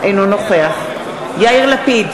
אינו נוכח יאיר לפיד,